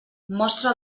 mostra